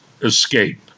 Escape